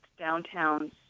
downtowns